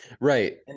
right